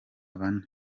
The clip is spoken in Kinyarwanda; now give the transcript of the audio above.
bane